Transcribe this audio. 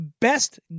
best